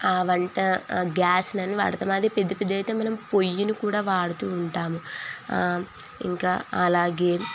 వంట గ్యాస్లను వాడతాము అదే పెద్ద పెద్దవి అయితే మనం పొయ్యిని కూడా వాడుతూ ఉంటాము ఇంకా అలాగే